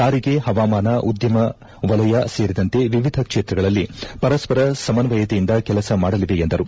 ಸಾರಿಗೆ ಹವಾಮಾನ ಉದ್ದಮ ವಲಯ ಸೇರಿದಂತೆ ವಿವಿಧ ಕ್ಷೇತ್ರಗಳಲ್ಲಿ ಪರಸ್ಪರ ಸಮನ್ನಯತೆಯಿಂದ ಕೆಲಸ ಮಾಡಲಿವೆ ಎಂದರು